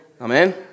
Amen